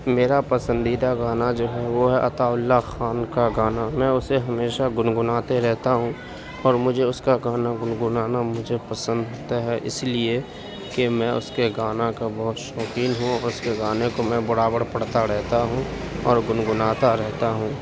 میرا پسندیدہ گانا جو ہے وہ ہے عطاء اللہ خان کا گانا میں اسے ہمیشہ گنگناتے رہتا ہوں اور مجھے اس کا گانا گنگنانا مجھے پسند ہوتا ہے اس لیے کہ میں اس کے گانا کا بہت شوقین ہوں اس کے گانے کو میں برابر پڑھتا رہتا ہوں اور گنگناتا رہتا ہوں